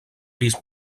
pis